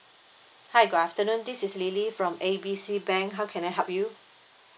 hi good afternoon this is lily from A B C bank how can I help you